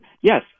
yes